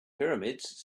pyramids